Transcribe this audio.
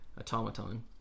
automaton